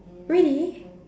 really